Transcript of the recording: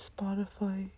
Spotify